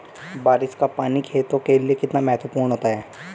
बारिश का पानी खेतों के लिये कितना महत्वपूर्ण होता है?